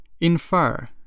Infer